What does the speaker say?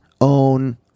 own